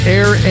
Air